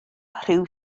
rhyw